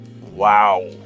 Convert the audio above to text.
Wow